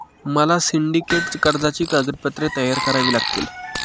मला सिंडिकेट कर्जाची कागदपत्रे तयार करावी लागतील